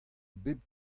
bep